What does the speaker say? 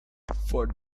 for